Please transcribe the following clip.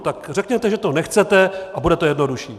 Tak řekněte, že to nechcete, a bude to jednodušší.